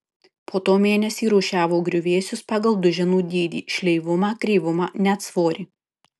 po to mėnesį rūšiavo griuvėsius pagal duženų dydį šleivumą kreivumą net svorį